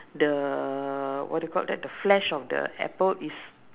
the what do you call that the flesh of the apple is